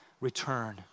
return